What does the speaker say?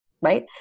right